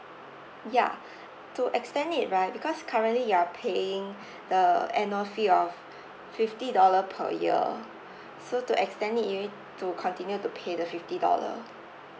ya to extend it right because currently you are paying the annual fee of fifty dollar per year so to extend it you need to continue to pay the fifty dollar